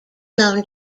known